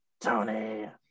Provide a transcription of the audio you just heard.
tony